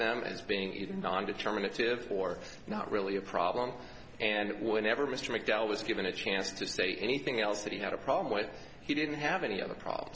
them as being even determinative or not really a problem and would never mr mcdowell was given a chance to say anything else that he had a problem with he didn't have any other problems